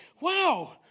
Wow